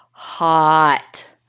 hot